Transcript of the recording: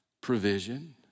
provision